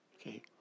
Okay